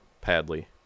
padley